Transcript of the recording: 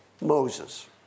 Moses